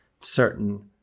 certain